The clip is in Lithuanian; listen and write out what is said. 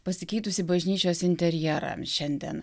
pasikeitusį bažnyčios interjerą šiandien